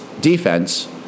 defense